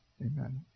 Amen